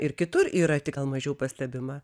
ir kitur yra tik gal mažiau pastebima